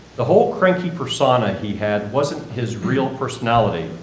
the whole cranky persona he had wasn't his real personality,